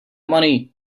money